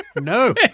No